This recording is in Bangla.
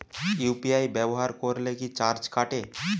ইউ.পি.আই ব্যবহার করলে কি চার্জ লাগে?